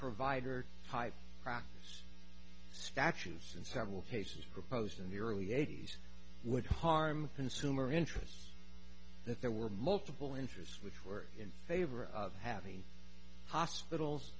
provider statues in several cases proposed in the early eighty's would harm consumer interests that there were multiple interests which were in favor of having hospitals